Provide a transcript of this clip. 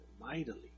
mightily